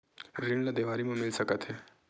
ऋण ला देवारी मा मिल सकत हे